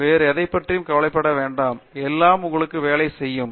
வேறு எதையும் பற்றி கவலைப்பட வேண்டாம் எல்லாமே உங்களுக்கு வேலை செய்யும்